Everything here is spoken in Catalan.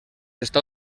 està